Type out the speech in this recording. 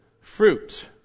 fruit